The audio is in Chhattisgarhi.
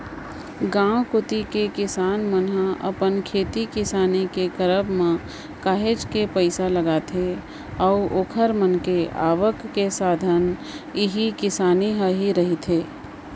गांव कोती के किसान मन ह अपन खेती किसानी के करब म काहेच के पइसा लगाथे अऊ ओखर मन के आवक के साधन इही किसानी ह ही रहिथे